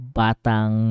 batang